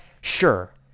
sure